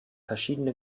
verschiedene